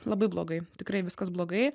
labai blogai tikrai viskas blogai